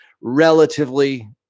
relatively